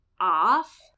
off